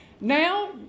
now